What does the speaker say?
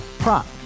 Prop